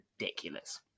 ridiculous